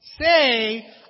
say